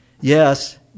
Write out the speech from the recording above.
Yes